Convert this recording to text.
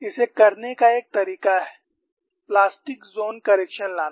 इसे करने का एक तरीका है प्लास्टिक ज़ोन करेक्शन लाना